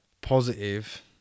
positive